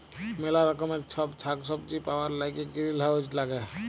ম্যালা রকমের ছব সাগ্ সবজি পাউয়ার ল্যাইগে গিরিলহাউজ ল্যাগে